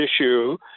issue